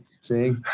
See